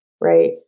Right